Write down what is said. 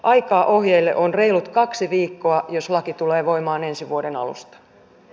aikaa ohjeille on reilut kaksi viikkoa jos laki tulee voimaan ensi vuoden alusta